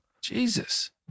Jesus